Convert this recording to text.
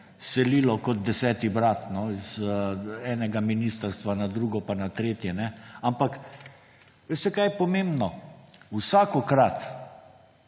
selilo kot Deseti brat iz enega ministrstva na drugo pa na tretje. Ampak veste kaj je pomembno? Vsakokrat